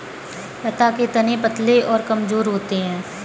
लता के तने पतले और कमजोर होते हैं